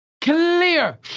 Clear